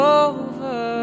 over